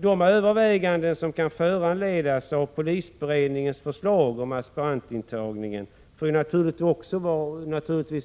De överväganden som kan föranledas av polisberedningens förslag om aspirantintagningen får självfallet